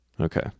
Okay